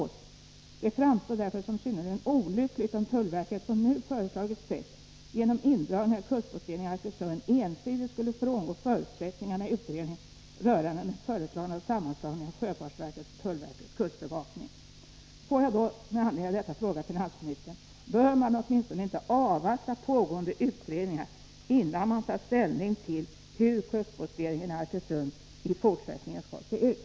Det Nr 44 framstår därför som synnerligen olyckligt om tullverket på nu föreslaget sätt genom indragning av kustposteringen i Arkösund ensidigt skulle frångå förutsättningarna i utredningen rörande den föreslagna sammanslagningen av sjöfartsverket och tullverkets kustbevakning.” Får jag med anledning av detta fråga finansministern: Bör man åtminstone inte avvakta pågående utredningar, innan man tar ställning till hur kustposteringen i Arkösund i fortsättningen skall se ut?